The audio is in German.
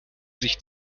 sich